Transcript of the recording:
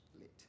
Late